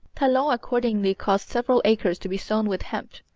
talon accordingly caused several acres to be sown with hemp.